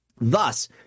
Thus